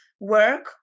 work